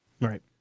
Right